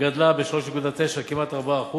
גדלה ב-3.9%, כמעט 4%